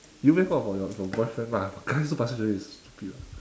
you mean for your for your for boyfriend mah guys do plastic surgery it's stupid lah